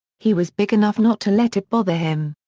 he was big enough not to let it bother him.